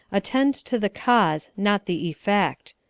attend to the cause, not the effect.